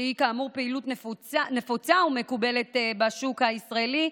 שהיא כאמור פעילות נפוצה ומקובלת בשוק הישראלי,